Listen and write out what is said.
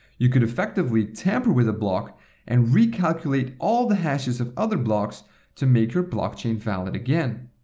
you could effectively tamper with a block and recalculate all the hashes of other blocks to make your blockchain valid again.